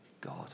God